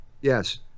Yes